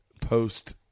post-